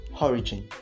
origin